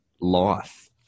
life